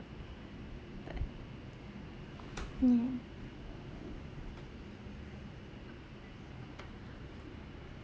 right mm ya